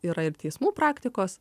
yra ir teismų praktikos